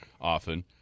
often